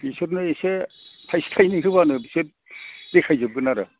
बिसोरनो एसे थायसे थायनै होबानो बिसोर देखायजोबगोन आरो